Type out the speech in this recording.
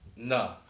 No